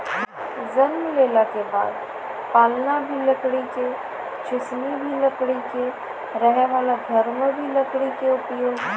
जन्म लेला के बाद पालना भी लकड़ी के, चुसनी भी लकड़ी के, रहै वाला घर मॅ भी लकड़ी के उपयोग